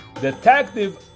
detective